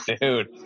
Dude